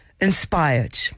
inspired